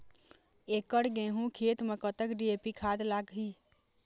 एकड़ गेहूं खेत म कतक डी.ए.पी खाद लाग ही?